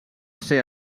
ser